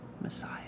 Messiah